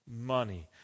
money